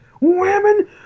women